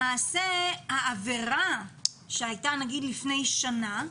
למעשה העבירה שהייתה נגיד לפני שנה,